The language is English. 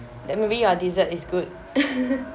then maybe your dessert is good